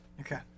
Okay